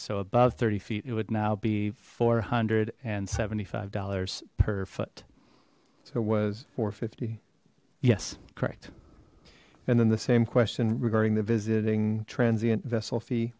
so above thirty feet it would now be four hundred and seventy five dollars per foot so was four hundred and fifty yes correct and then the same question regarding the visiting transient vessel fee